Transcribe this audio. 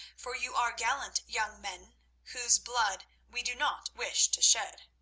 for you are gallant young men, whose blood we do not wish to shed.